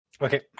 Okay